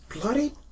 bloody